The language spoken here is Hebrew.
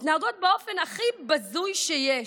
מתנהגות באופן הכי בזוי שיש,